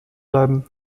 bleiben